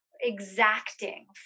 exacting